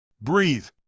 Breathe